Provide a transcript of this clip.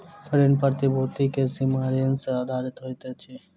ऋण प्रतिभूति के सीमा ऋण सॅ आधारित होइत अछि